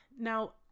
now